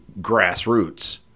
grassroots